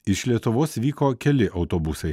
iš lietuvos vyko keli autobusai